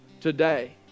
today